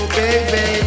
baby